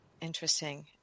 Interesting